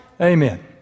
Amen